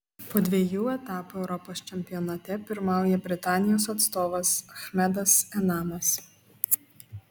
po dviejų etapų europos čempionate pirmauja britanijos atstovas achmedas enamas